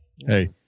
hey